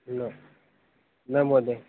न न महोदय